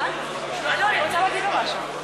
לא, אני רוצה להגיד לו משהו.